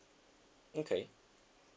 okay